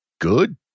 good